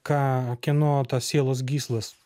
ką kieno tas sielos gyslas